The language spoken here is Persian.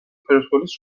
پرسپولیس